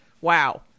Wow